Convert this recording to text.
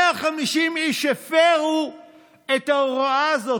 150 איש הפרו את ההוראה הזאת.